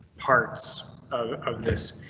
parts of of this.